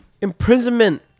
imprisonment